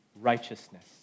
righteousness